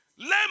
Let